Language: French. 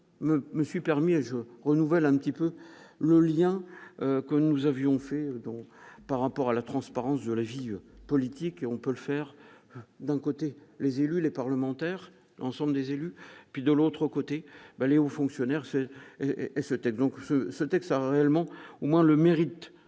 me suis permis aux nouvelles un petit peu le lien que nous avions fait par rapport à la transparence de la vie politique et on peut le faire d'un côté, les élus, les parlementaires l'ensemble des élus, puis de l'autre côté, Valéo aux fonctionnaires c'est et c'était donc sa tête ça réellement au moins le mérite